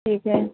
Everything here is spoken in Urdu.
ٹھیک ہے